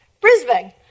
Brisbane